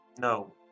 No